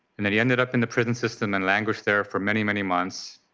and he ended up in the prison system and languished there for many many months.